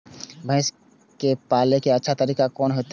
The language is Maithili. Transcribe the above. भैंस के पाले के अच्छा तरीका कोन होते?